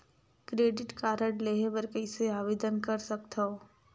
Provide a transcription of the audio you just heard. Credit card लेहे बर कइसे आवेदन कर सकथव?